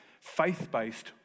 faith-based